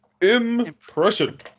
impression